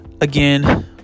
again